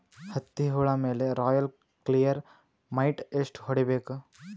ಹತ್ತಿ ಹುಳ ಮೇಲೆ ರಾಯಲ್ ಕ್ಲಿಯರ್ ಮೈಟ್ ಎಷ್ಟ ಹೊಡಿಬೇಕು?